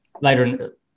later